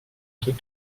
deux